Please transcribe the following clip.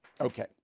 Okay